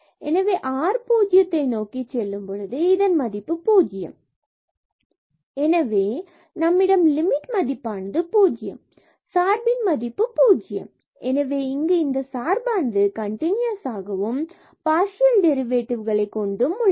எனவே r 0 நோக்கி செல்லும் பொழுது இதன் மதிப்பு பூஜ்யம் ஆகும் x32y3x2y2 r3 2r3 r2 0f00 எனவே நம்மிடம் லிமிட் மதிப்பானது பூஜ்ஜியம் சார்பு மதிப்பு பூஜ்ஜியம் எனவே இங்கு இந்த சார்பானது கண்டினுயசாகவும் பார்சியல் டெரிவேட்டிவ்களை கொண்டும் உள்ளது